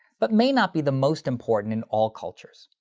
but may not be the most important in all cultures.